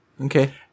Okay